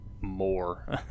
more